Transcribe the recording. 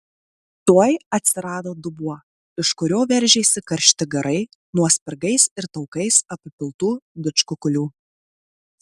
tuoj atsirado dubuo iš kurio veržėsi karšti garai nuo spirgais ir taukais apipiltų didžkukulių